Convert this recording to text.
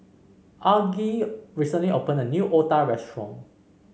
Argie recently opened a new otah restaurant